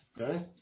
okay